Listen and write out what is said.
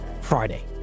Friday